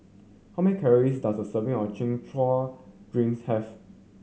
how many calories does a serving of Chin Chow have